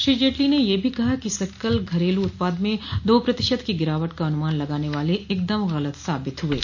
श्री जेटली ने यह भी कहा कि सकल घरेलू उत्पाद में दो प्रतिशत की गिरावट का अनुमान लगाने वाले एकदम गलत साबित हुए हैं